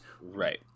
right